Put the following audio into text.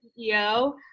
CEO